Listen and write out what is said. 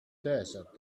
desert